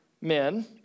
men